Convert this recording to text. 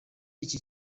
iki